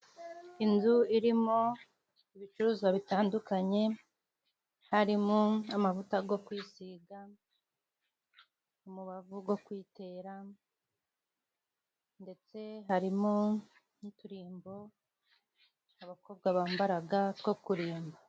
Inzu irimo ibicuruzwa bitandukanye harimo:amavuta go kwisiga, umubavu go kwitera ndetse harimo n'uturimbo abakobwa bambaraga two kurimba.